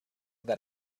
that